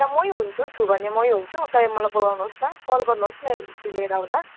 त्यहाँ म हुन्छु छु भने म हुन्छु तपाईँ मलाई बोलाउनु होस् न कल गर्नु होस् न लिएर आउँदा